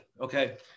okay